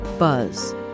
Buzz